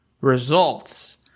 results